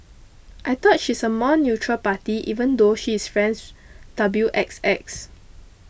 I thought she's a more neutral party even though she is friends W X X